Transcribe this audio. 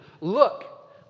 Look